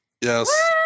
Yes